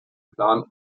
plan